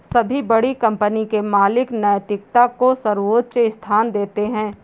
सभी बड़ी कंपनी के मालिक नैतिकता को सर्वोच्च स्थान देते हैं